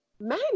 man